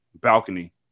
balcony